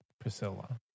Priscilla